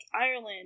Ireland